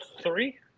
three